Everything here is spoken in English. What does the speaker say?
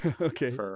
Okay